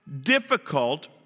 difficult